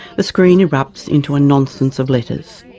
the screen erupts into a nonsense of letters.